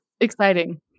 exciting